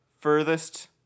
furthest